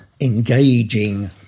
engaging